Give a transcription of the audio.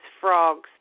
frogs